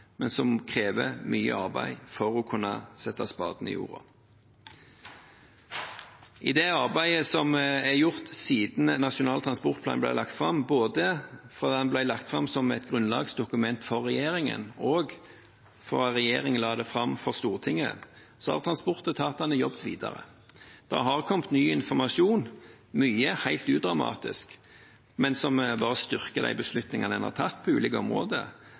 men som krever mye arbeid før spaden kan settes i jorda. I det arbeidet som er gjort siden Nasjonal transportplan ble lagt fram, både fra den ble lagt fram som et grunnlagsdokument for regjeringen og fra regjeringen la det fram for Stortinget, har transportetatene jobbet videre. Det har kommet ny informasjon. Mye er helt udramatisk, men styrker de beslutningene en har tatt på ulike områder.